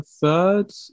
third